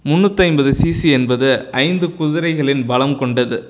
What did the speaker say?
முந்நூற்றைம்பது CC என்பது ஐந்து குதிரைகளின் பலம் கொண்டது